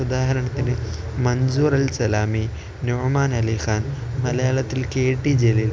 ഉദാഹരണത്തിന് Mansoor Al Salami Nouman Ali Khan മലയാളത്തിൽ കെ ടി ജലീൽ